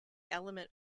element